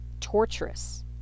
torturous